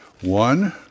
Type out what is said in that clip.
one